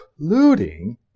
including